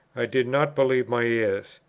i did not believe my ears.